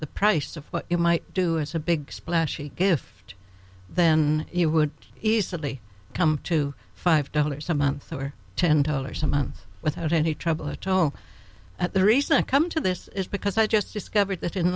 the price of what you might do as a big splashy gift then you would easily come to five dollars a month or ten dollars a month without any trouble or tow at the recent come to this because i just discovered that in